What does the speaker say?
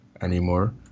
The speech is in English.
anymore